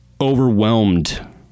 Overwhelmed